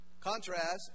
contrast